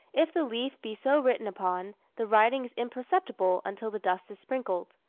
if the leaf be so written upon, the writing is imperceptible until the dust is sprinkled.